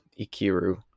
Ikiru